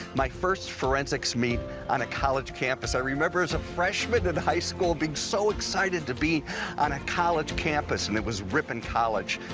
my first forensics meet on a college campus. i remember as a freshman in high school, being so excited to be on a college campus. and it was ripon college.